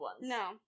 No